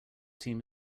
team